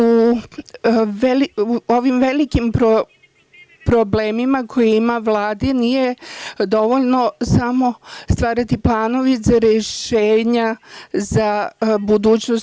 U ovim velikim problemima koje imamo, Vladi nije dovoljno samo stvarati planove za rešenja za našu budućnost.